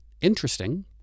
interesting